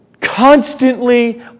constantly